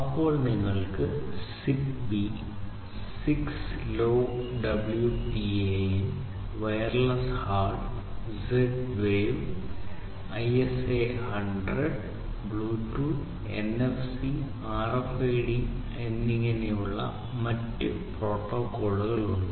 അപ്പോൾ നിങ്ങൾക്ക് ZigBee 6LoWPAN Wireless HART Z Wave ISA 100 Bluetooth NFC RFID എന്നിങ്ങനെയുള്ള മറ്റ് പ്രോട്ടോക്കോളുകൾ ഉണ്ട്